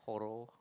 horror